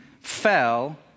fell